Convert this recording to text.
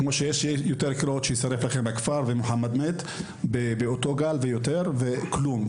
כמו שיש יותר קריאות שיישרף לכם הכפר ומוחמד מת באותו גל ויותר וכלום,